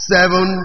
Seven